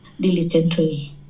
Diligently